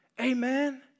Amen